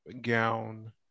gown